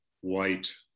white